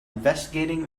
investigating